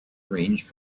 range